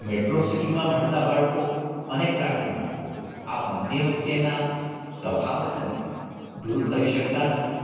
metro સીટીમાં ભણતા બાળકો અને ગ્રામ્ય બાળકો આ બન્ને વચ્ચેનાં તફાવતને દૂર કરી શકતા નથી